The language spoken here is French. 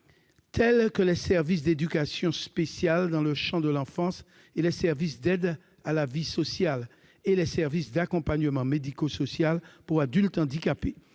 tels que les services d'éducation spéciale dans le champ de l'enfance, les services d'accompagnement à la vie sociale et les services d'accompagnement médico-social pour adultes handicapés.